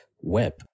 web